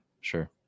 Sure